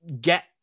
get